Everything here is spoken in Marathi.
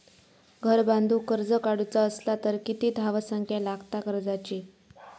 घर बांधूक कर्ज काढूचा असला तर किती धावसंख्या लागता कर्जाची?